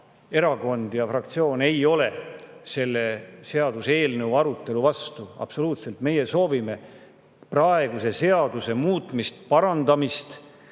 Erakond ja fraktsioon ei ole selle seaduseelnõu arutelu vastu. Absoluutselt! Meie soovime praeguse seaduse muutmist ja parandamist